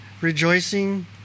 Rejoicing